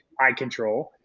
iControl